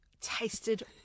Tasted